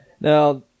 Now